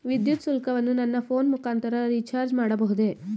ವಿದ್ಯುತ್ ಶುಲ್ಕವನ್ನು ನನ್ನ ಫೋನ್ ಮುಖಾಂತರ ರಿಚಾರ್ಜ್ ಮಾಡಬಹುದೇ?